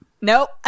Nope